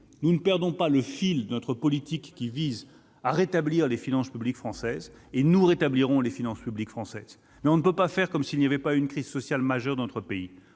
Nous ne perdons pas le fil de notre politique, qui vise à rétablir les finances publiques françaises. Nous rétablirons les finances publiques françaises ! Mais on ne peut pas faire comme s'il n'y avait pas eu une crise sociale majeure dans notre pays.